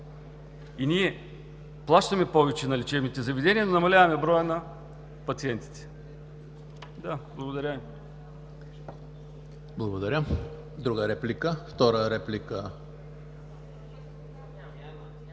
ние плащаме повече на лечебните заведения, но намаляваме броя на пациентите. Благодаря